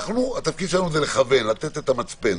התפקיד שלנו לכוון, לתת את המצפן.